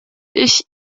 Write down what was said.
ich